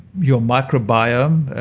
your microbiome,